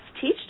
teach